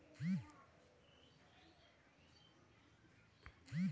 राशी जमा करे वाला बटन दबावे क होला